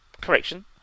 correction